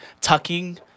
tucking